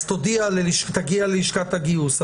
אז תגיע ללשכת הגיוס.